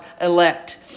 elect